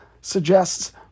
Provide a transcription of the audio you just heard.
suggests